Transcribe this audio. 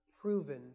proven